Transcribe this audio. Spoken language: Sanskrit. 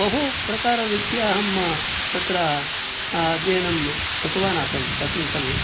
बहु प्रकाररीत्या अहं तत्र अध्ययनं कृतवान् आसम् तस्मिन् समये